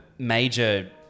major